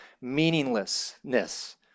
meaninglessness